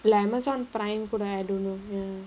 like Amazon prime கூட:kooda I don't know ya